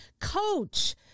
Coach